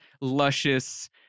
luscious